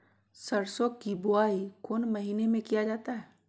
सरसो की बोआई कौन महीने में किया जाता है?